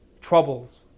troubles